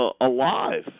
alive